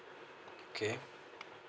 okay